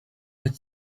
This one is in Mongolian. мэт